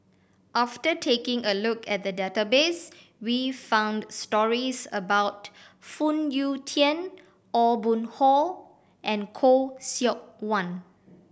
after taking a look at the database we found stories about Phoon Yew Tien Aw Boon Haw and Khoo Seok Wan